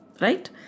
Right